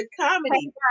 Comedy